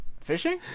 Fishing